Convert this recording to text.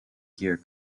here